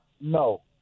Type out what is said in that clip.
No